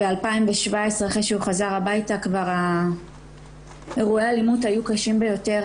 ב-2017 אחרי שהוא חזר הביתה אירועי האלימות היו קשים ביותר.